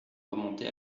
remonter